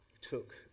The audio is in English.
took